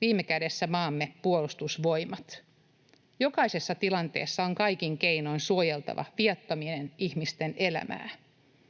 viime kädessä maamme puolustusvoimat. Jokaisessa tilanteessa on kaikin keinoin suojeltava viattomien ihmisten elämää.